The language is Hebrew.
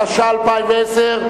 התש"ע 2010,